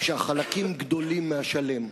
שהחלקים גדולים מהשלם.